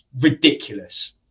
Ridiculous